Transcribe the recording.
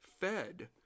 fed